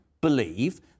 believe